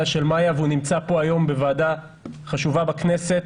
של מאיה והוא נמצא כאן היום בוועדה חשובה בכנסת,